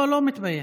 לא, לא מתבייש.